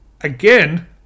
again